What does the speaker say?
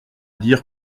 dire